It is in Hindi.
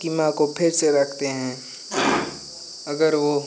उसकी माँ को फिर से रखते हैं अगर वह